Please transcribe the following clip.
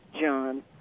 John